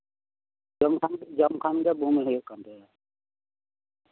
ᱡᱚᱢ ᱠᱷᱟᱱ ᱫᱚ ᱵᱚᱢᱤ ᱦᱩᱭᱩᱜ ᱠᱟᱱ ᱛᱟᱭᱟ